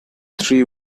three